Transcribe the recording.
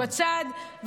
בצד,